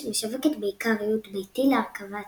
שמשווקת בעיקר ריהוט ביתי להרכבה עצמית.